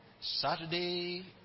Saturday